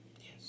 Yes